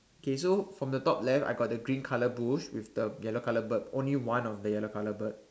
okay so from the top left I got the green colour bush with the yellow bird only one of the yellow colour bird